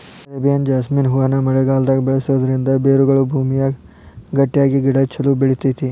Arabian jasmine ಹೂವನ್ನ ಮಳೆಗಾಲದಾಗ ಬೆಳಿಸೋದರಿಂದ ಬೇರುಗಳು ಭೂಮಿಯಾಗ ಗಟ್ಟಿಯಾಗಿ ಗಿಡ ಚೊಲೋ ಬೆಳಿತೇತಿ